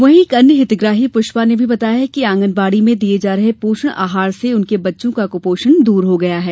वहीं एक अन्य हितग्राही प्रष्पा ने भी बताया है कि आंगनबाड़ी में दिये जा रहे पोषण आहार से उनके बच्चों का कुपोषण दूर हो गया है